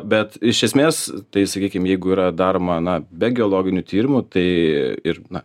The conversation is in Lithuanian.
bet iš esmės tai sakykim jeigu yra daroma na be geologinių tyrimų tai ir na